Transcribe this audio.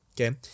okay